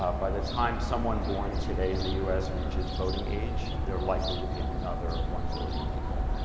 ah by the time someone born today in the us reaches voting age, there are likely to be another one billion people.